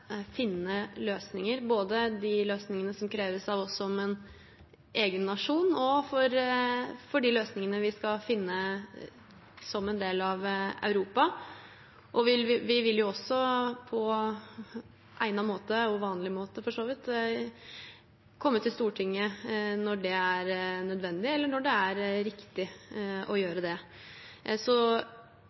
løsninger, både de løsningene som kreves av oss som nasjon, og de løsningene vi skal finne som en del av Europa. Vi vil også på egnet måte, for så vidt på vanlig måte, komme til Stortinget når det er nødvendig eller riktig å gjøre det. Så det er viktig for oss å ha god dialog med hele det